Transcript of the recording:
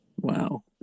Wow